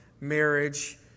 marriage